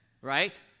right